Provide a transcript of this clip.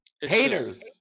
Haters